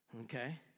Okay